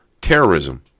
Terrorism